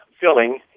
filling